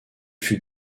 fut